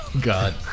God